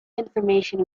information